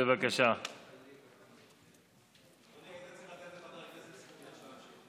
ולכן חבל על המשכורת שאתם מקבלים.